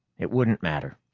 it wouldn't matter.